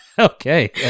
Okay